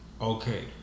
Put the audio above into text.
Okay